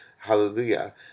hallelujah